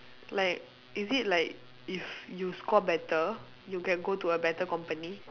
like is it like if you score better you can go to a better company